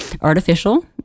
artificial